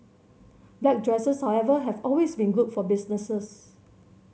black dresses however have always been good for business